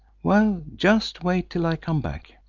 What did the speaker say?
well just wait till i come back!